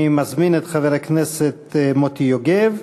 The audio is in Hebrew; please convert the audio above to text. אני מזמין את חבר הכנסת מוטי יוגב.